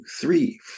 three